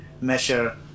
measure